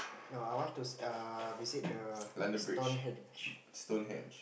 no I want to see err visit the Stonehenge